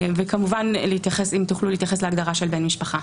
כמובן אם תוכלו להתייחס להגדרה של בן משפחה.